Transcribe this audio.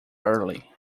early